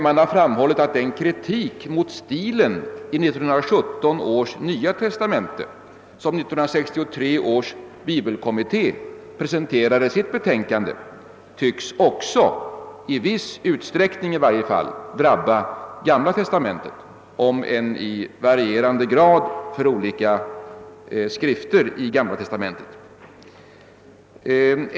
Man har också sagt att den kritik mot stilen i 1917 års Nya testamente, som 1963 års bibelkommitté framförde i sitt betänkande, i viss utsträckning också drabbar Gamla testamentet, om också i varierande grad för olika skrifter i den bibeldelen.